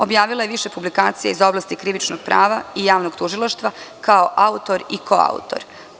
Objavila je više publikacija iz oblasti krivičnog prava i javnog tužilaštva, kao autor i koautor.